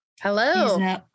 Hello